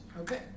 Okay